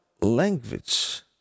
language